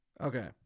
okay